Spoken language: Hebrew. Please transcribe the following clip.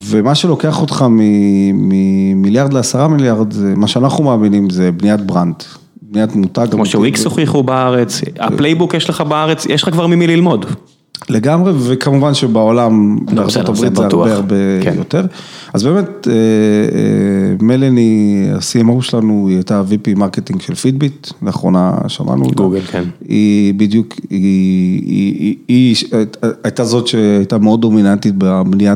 ומה שלוקח אותך מ... ממיליארד לעשרה מיליארד, זה מה שאנחנו מאמינים, זה בניית ברנד. בניית מותג. -כמו שוויקס הוכיחו בארץ, הפלייבוק יש לך בארץ, יש לך כבר ממי ללמוד. -לגמרי, וכמובן שבעולם, בארצות הברית זה הרבה הרבה יותר. אז באמת, מלאני, ה-CMO שלנו היא הייתה ה-VP מרקטינג של פידביט, לאחרונה שמענו. היא בדיוק, היא, היא, היא.. היא הייתה זאת שהייתה מאוד דומיננטית בבניית.